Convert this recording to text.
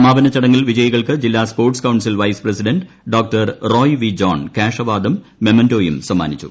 സമാപന ചടങ്ങിൽ വിജയികൾക്ക് ജില്ലാ sports council vice president Dr Roy V John cash അവാർഡും മൊമന്റോയും സമ്മാനിച്ചു